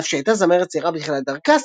על-אף שהייתה זמרת צעירה בתחילת דרכה,